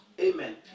Amen